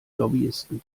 lobbyisten